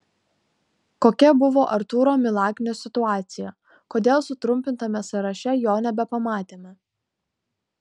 kokia buvo artūro milaknio situacija kodėl sutrumpintame sąraše jo nebepamatėme